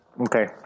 Okay